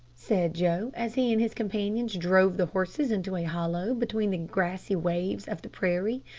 said joe, as he and his companions drove the horses into a hollow between the grassy waves of the prairie,